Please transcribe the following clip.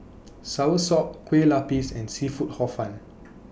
Soursop Kueh Lapis and Seafood Hor Fun